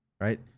right